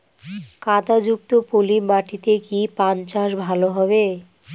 কাদা যুক্ত পলি মাটিতে কি পান চাষ ভালো হবে?